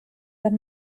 that